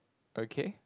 okay